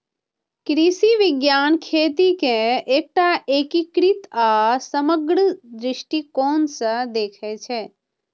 कृषि विज्ञान खेती कें एकटा एकीकृत आ समग्र दृष्टिकोण सं देखै छै